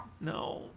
No